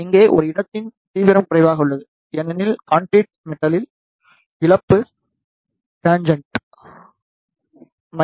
இங்கே ஒரு இடத்தின் தீவிரம் குறைவாக உள்ளது ஏனெனில் கான்கிரீட் மெட்டலின் இழப்பு டேன்ஜெண்டில்